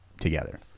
together